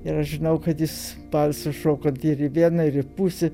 ir aš žinau kad jis valsą šoko ir į vieną ir į pusę